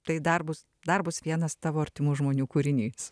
tai dar bus dar bus vienas tavo artimų žmonių kūrinys